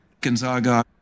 Gonzaga